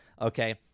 Okay